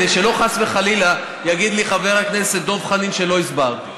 כדי שחס וחלילה לא יגיד לי חבר הכנסת דב חנין שלא הסברתי.